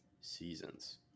seasons